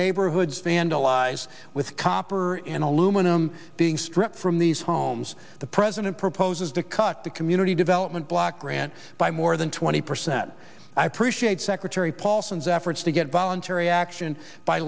neighborhoods vandalize with hopper and aluminum being stripped from these homes the president proposes to cut the community development block grant by more than twenty percent i appreciate secretary paulson's efforts to get voluntary action by